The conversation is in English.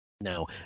Now